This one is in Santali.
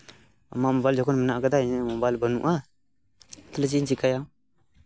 ᱟᱢᱟᱜ ᱢᱳᱵᱟᱭᱤᱞ ᱡᱚᱠᱷᱚᱱ ᱢᱮᱱᱟᱜ ᱠᱟᱫᱟ ᱤᱧᱟᱹᱜ ᱢᱳᱵᱟᱭᱤᱞ ᱡᱚᱠᱷᱚᱱ ᱵᱟᱹᱱᱩᱜᱼᱟ ᱛᱟᱦᱞᱮ ᱪᱮᱫ ᱤᱧ ᱪᱤᱠᱟ ᱭᱟ